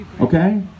Okay